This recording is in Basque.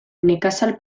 nekazal